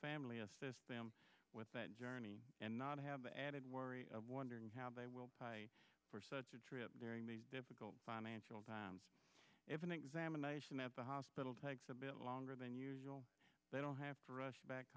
family assist them with that journey and not have the added worry of wondering how they will apply for such a trip during these difficult financial times if an examination at the hospital takes a bit longer than usual they don't have to rush back